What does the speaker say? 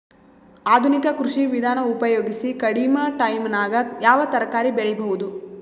ಆಧುನಿಕ ಕೃಷಿ ವಿಧಾನ ಉಪಯೋಗಿಸಿ ಕಡಿಮ ಟೈಮನಾಗ ಯಾವ ತರಕಾರಿ ಬೆಳಿಬಹುದು?